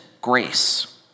grace